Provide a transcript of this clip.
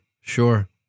Sure